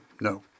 no